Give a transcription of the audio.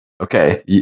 Okay